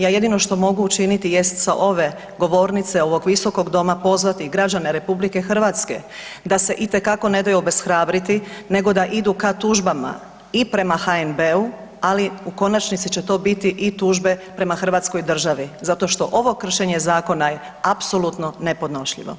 Ja jedino što mogu učiniti jest sa ove govornice, ovog visokog doma pozvati građane RH da se itekako ne daju obeshrabriti nego da idu ka tužbama i prema HNB-u, ali u konačnici će to biti i tužbe prema hrvatskoj državi zato što ovo kršenje zakona je apsolutno nepodnošljivo.